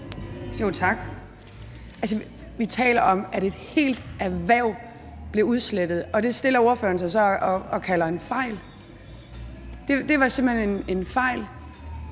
Tak. Vi taler om, at et helt erhverv blev udslettet, og det stiller ordføreren sig så op og kalder for en fejl. Det var simpelt hen en fejl.